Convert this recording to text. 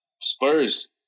Spurs